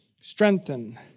Strengthen